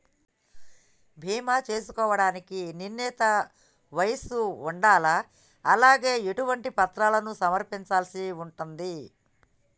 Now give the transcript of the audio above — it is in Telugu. బీమా చేసుకోవడానికి నిర్ణీత వయస్సు ఉండాలా? అలాగే ఎటువంటి పత్రాలను సమర్పించాల్సి ఉంటది?